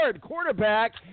quarterback